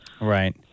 Right